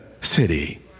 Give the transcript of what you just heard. city